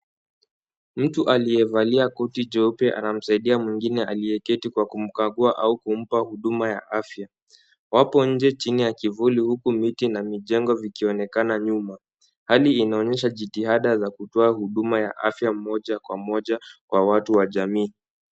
Mtu aliyevalia koti jeupe anamsaidia mwingine aliyeketi kwa kumkagua au kumpa huduma ya afya. Wapo nje chini ya kivuli huku miti na mijengo vikionekana nyuma. Hali inaonyesha jitihada za kutoa huduma za afya moja kwa moja kwa watu wa jamii.